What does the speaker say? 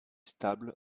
stable